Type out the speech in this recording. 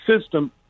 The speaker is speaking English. system